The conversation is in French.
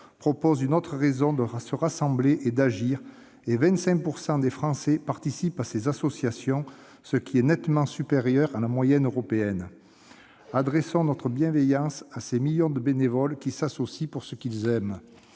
proposent une autre raison de se rassembler et d'agir et 25 % de Français participent à ces associations, ce qui est nettement supérieur à la moyenne européenne. Exprimons notre bienveillance à ces millions de bénévoles qui s'associent pour ce qu'ils aiment.